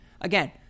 Again